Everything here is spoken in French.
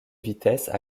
vitesses